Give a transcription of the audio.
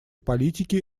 политики